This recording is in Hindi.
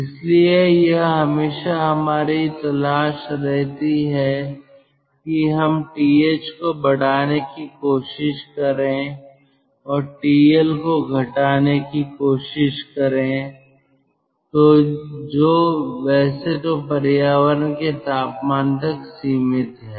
इसलिए यह हमेशा हमारी तलाश रहती है कि हम TH को बढ़ाने की कोशिश करें और TL को घटाने की कोशिश करें जो वैसे तो पर्यावरण के तापमान तक सीमित है